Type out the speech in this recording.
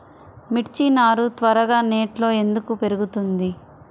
మిర్చి నారు త్వరగా నెట్లో ఎందుకు పెరుగుతుంది?